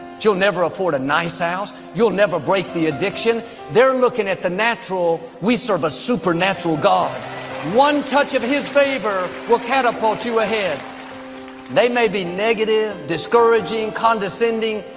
you'll never afford a nice house. you'll never break the addiction they're looking at the natural we serve a supernatural god one touch of his favor catapult you ahead they may be negative discouraging condescending.